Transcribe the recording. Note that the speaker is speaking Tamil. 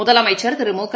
முதலமைச்ச் திரு முக